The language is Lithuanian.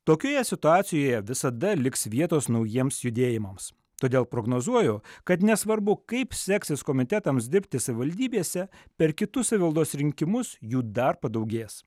tokioje situacijoje visada liks vietos naujiems judėjimams todėl prognozuoju kad nesvarbu kaip seksis komitetams dirbti savivaldybėse per kitus savivaldos rinkimus jų dar padaugės